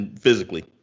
physically